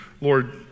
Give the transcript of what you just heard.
Lord